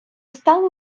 стали